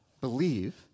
Believe